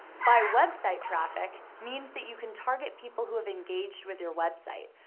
by website traffic means that you can target people who have engaged with your website.